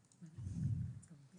כמפגע